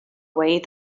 away